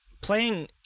Playing